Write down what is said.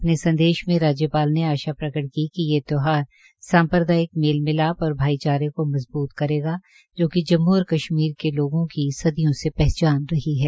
अपने संदेश में राज्यपाल ने आशा प्रकट की कि ये त्यौहार सांप्रदायिक मेल मिलाप और भाईचारे को मजबूत करेगा जो कि जम्मू और कश्मीर के लोगों की सदियों से पहचान रही है